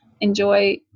enjoy